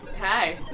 Hi